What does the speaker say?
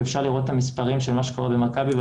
ואפשר לראות את המספרים של מה שקורה במכבי.